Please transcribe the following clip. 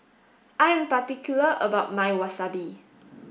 I am particular about my Wasabi